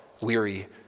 weary